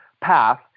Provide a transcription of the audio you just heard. path